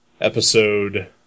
episode